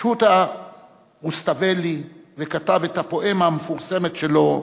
שותא רוסתוולי וכתב את הפואמה המפורסמת שלו,